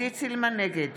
נגד